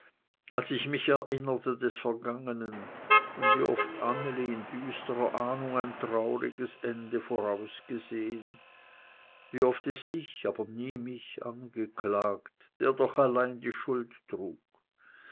als ich mich erinnerte des vergangenen wie oft anneli in düsterer ahnung ein trauriges ende vorausgesehen wie oft es sich aber nie mich angeklagt der doch allein die schuld trug